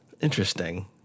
interesting